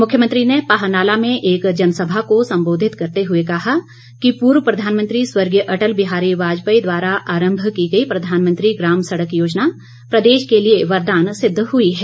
मुख्यमंत्री ने पाहनाला में एक जनसभा को संबोधित करते हुए कहा कि पूर्व प्रधानमंत्री स्वर्गीय अटल बिहारी वाजपेयी द्वारा आरंभ की गई प्रधानमंत्री ग्राम सड़क योजना प्रदेश के लिए वरदान सिद्ध हुई है